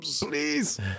please